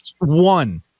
One